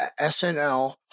SNL